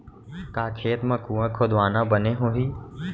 का खेत मा कुंआ खोदवाना बने होही?